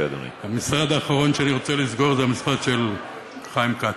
המשרד האחרון שאני רוצה לסגור זה המשרד של חיים כץ.